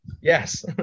Yes